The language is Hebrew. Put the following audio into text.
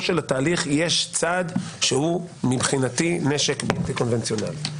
של התהליך יש צד שהוא מבחינתי נשק בלתי קונבנציונאלי.